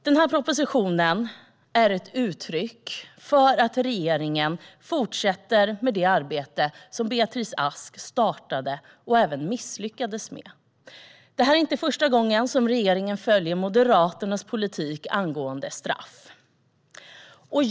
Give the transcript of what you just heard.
Den här propositionen är ett uttryck för att regeringen fortsätter det arbete som Beatrice Ask startade och även misslyckades med. Det är inte första gången som regeringen följer Moderaternas politik angående straff.